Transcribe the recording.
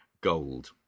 gold